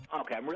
Okay